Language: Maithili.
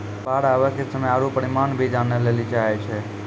बाढ़ आवे के समय आरु परिमाण भी जाने लेली चाहेय छैय?